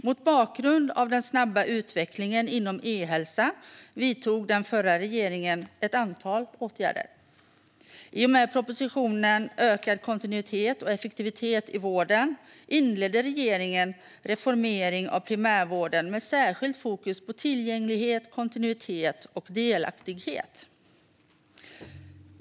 Mot bakgrund av den snabba utvecklingen inom e-hälsa vidtog den förra regeringen ett antal åtgärder. I och med propositionen om ökad kontinuitet och effektivitet i vården inledde regeringen en reformering av primärvården med särskilt fokus på tillgänglighet, kontinuitet och delaktighet.